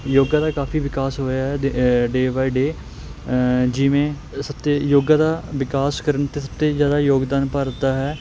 ਯੋਗਾ ਦਾ ਕਾਫੀ ਵਿਕਾਸ ਹੋਇਆ ਹੈ ਡੇਅ ਬਾਈ ਡੇਅ ਜਿਵੇਂ ਸਚੇ ਯੋਗਾ ਦਾ ਵਿਕਾਸ ਕਰਨ ਤੇ ਸਭ ਤੇ ਜਿਆਦਾ ਯੋਗਦਾਨ ਭਾਰਤ ਦਾ ਹੈ